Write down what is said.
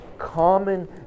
Common